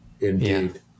Indeed